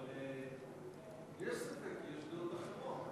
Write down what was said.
אבל יש ספק, כי יש דעות אחרות.